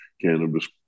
Cannabis